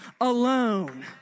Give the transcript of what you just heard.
alone